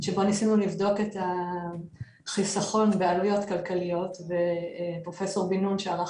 שבו ניסינו לבדוק את החיסכון בעלויות כלכליות ופרופ' בן נון שערך